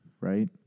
Right